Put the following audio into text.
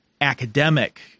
academic